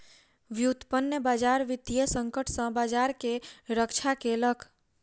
व्युत्पन्न बजार वित्तीय संकट सॅ बजार के रक्षा केलक